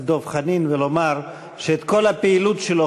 דב חנין ולומר שאת כל הפעילות שלו,